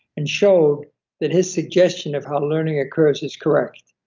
and showed that his suggestion of how learning occurs is correct.